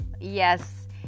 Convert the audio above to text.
yes